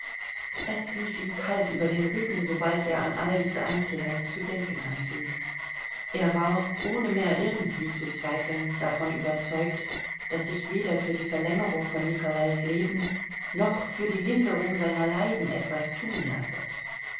es lief ihm kalt über den rücken sobald er an all diese einzelheiten zu denken anfing er war ohne mehr irgendwie zu zweifeln davon überzeugt daß sich weder für die verlängerung von nikolais leben noch für die linderung seiner leiden etwas tun lasse